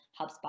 HubSpot